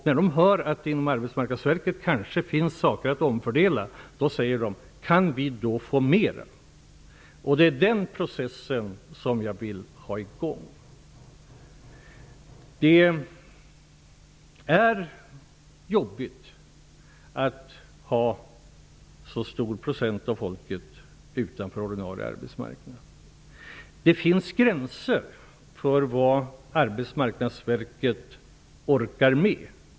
När de hör att det inom Arbetsmarknadsverket kanske finns något att omfördela säger de: Kan vi då få mer? Det är den processen som jag vill ha i gång. Det är jobbigt att ha så stor procent av folket utanför ordinarie arbetsmarknad. Det finns gränser för vad Arbetsmarknadsverket orkar med.